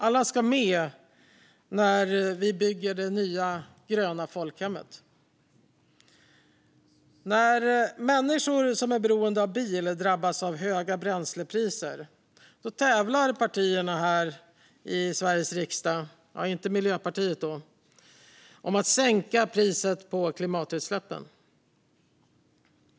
Alla ska med när vi bygger det nya, gröna folkhemmet. När människor som är beroende av bil drabbas av höga bränslepriser tävlar partierna här i Sveriges riksdag - ja, inte Miljöpartiet då - om att sänka priset på klimatutsläppen.